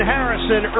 Harrison